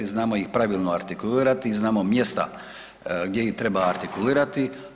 Znamo ih pravilno artikulirati i znamo mjesta gdje ih treba artikulirati.